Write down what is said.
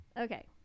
okay